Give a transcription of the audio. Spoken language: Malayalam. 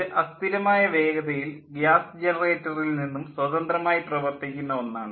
ഇത് അസ്ഥിരമായ വേഗതയിൽ ഗ്യാസ് ജനറേറ്ററിൽ നിന്നും സ്വതന്ത്രമായി പ്രവർത്തിക്കുന്ന ഒന്നാണ്